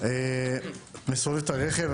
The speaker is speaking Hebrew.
אני מסובב את הרכב,